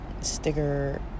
sticker